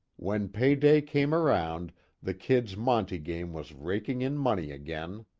when pay day came around the kid's monte game was raking in money again.